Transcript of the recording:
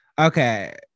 Okay